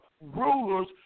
rulers